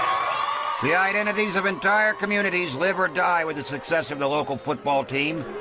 the identities of entire communities live or die with the success of the local football team.